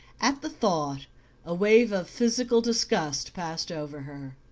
at the thought a wave of physical disgust passed over her,